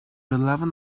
eleven